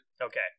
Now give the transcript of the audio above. Okay